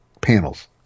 panels